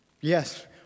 Yes